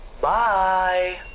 Bye